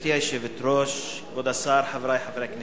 גברתי היושבת-ראש, כבוד השר, חברי חברי הכנסת,